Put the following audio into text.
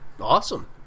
Awesome